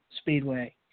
Speedway